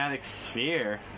sphere